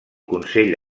consell